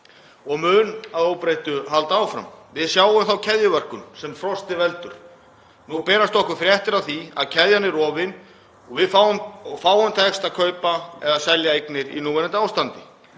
og mun að óbreyttu halda áfram. Við sjáum þá keðjuverkun sem frostið veldur. Nú berast okkur fréttir af því að keðjan sé rofin og fáum takist að kaupa eða selja eignir í núverandi ástandi.